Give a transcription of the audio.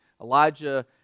Elijah